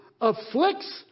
afflicts